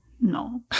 No